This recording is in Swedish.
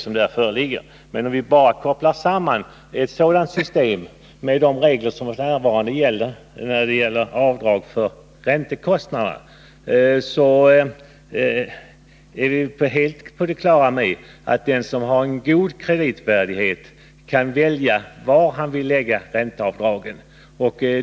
Vi är dock helt på det klara med att det, om man bara kopplar samman ett sådant system med gällande regler för avdrag för räntekostnader, blir så att den som har god kreditvärdighet kan välja var han skall göra ränteavdragen.